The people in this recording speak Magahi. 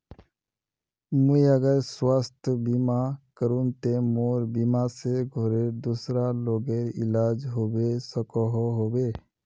मुई अगर स्वास्थ्य बीमा करूम ते मोर बीमा से घोरेर दूसरा लोगेर इलाज होबे सकोहो होबे?